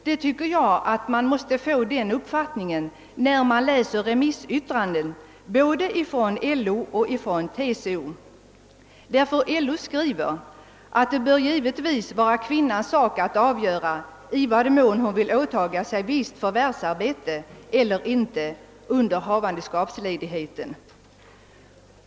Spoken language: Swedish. LO skriver att det givetvis bör vara kvinnans sak att avgöra i vad mån hon vill åta sig visst förvärvsarbete eller inte under havandeskapstiden.